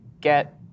get